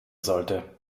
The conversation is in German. sollte